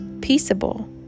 peaceable